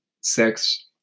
sex